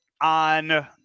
on